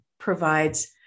provides